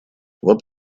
вот